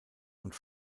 und